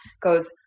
goes